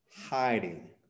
hiding